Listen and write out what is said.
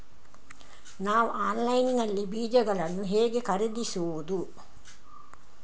ನಾವು ಆನ್ಲೈನ್ ನಲ್ಲಿ ಬೀಜಗಳನ್ನು ಹೇಗೆ ಖರೀದಿಸುವುದು?